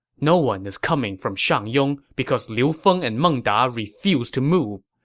no one is coming from shangyong because liu feng and meng da refuse to move.